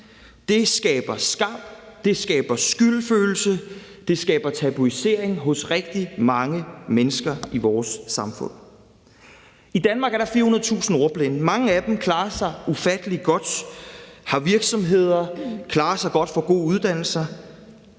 det skaber skam, det skaber skyldfølelse, det skaber tabuisering hos rigtig mange mennesker i vores samfund. I Danmark er der 400.000 ordblinde. Mange af dem klarer sig ufattelig godt, har virksomheder og får gode uddannelser.